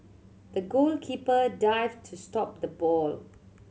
the goalkeeper dived to stop the ball